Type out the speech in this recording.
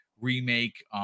remake